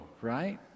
right